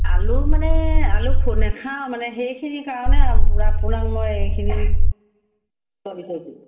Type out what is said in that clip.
আলু মানে আলু খু নাখাওঁ মানে সেইখিনিৰ কাৰণে আপোনাক মই এইখিনি কৰি থৈছোঁ